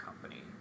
company